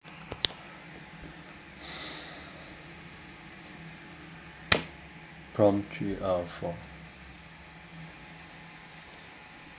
prompt three out of four